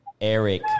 Eric